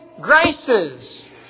graces